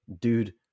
dude